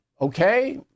okay